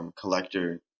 collector